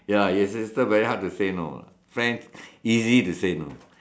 ya your sister very hard to say no friend easy to say no